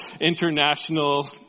international